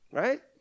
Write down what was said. right